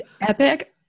epic